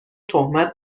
تهمت